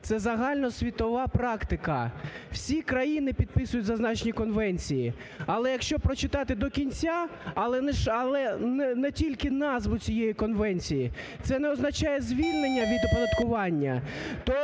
це загальносвітова практика. Всі країни підписують зазначені конвенції. Але якщо прочитати до кінця, а не тільки назву цієї конвенції, це не означає звільнення від оподаткування.